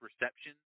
reception